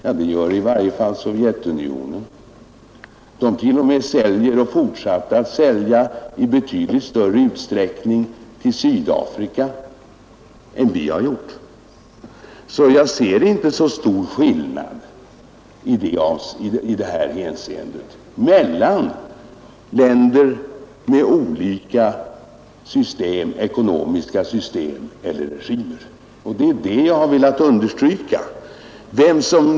Ja, det gör i varje fall Sovjetunionen. Där har man t.o.m. fortsatt att sälja till Sydafrika i betydligt större utsträckning än vad vi har gjort. Jag ser därför inte så stor skillnad i det hänseendet mellan länder med olika ekonomiska system eller regimer, och det är detta jag har velat understryka.